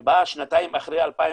היא באה שנתיים אחרי 2010